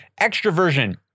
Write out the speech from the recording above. Extroversion